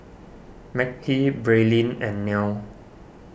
Makhi Braelyn and Nelle